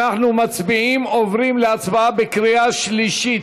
אנחנו עוברים להצבעה בקריאה שלישית.